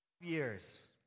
years